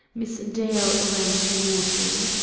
miss dale ran toward him.